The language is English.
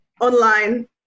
online